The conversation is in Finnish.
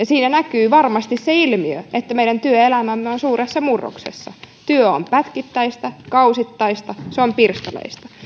siinä näkyy varmasti se ilmiö että meidän työelämämme on suuressa murroksessa työ on pätkittäistä kausittaista se on pirstaleista